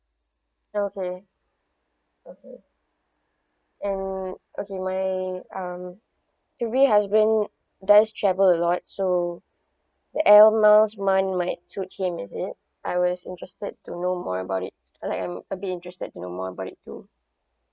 okay okay and okay my um hubby has been went travel a lot so the air miles one might suit him is it I was interested to know more about it like I'm a bit interested to know more about it too